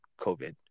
COVID